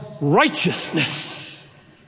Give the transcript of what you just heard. righteousness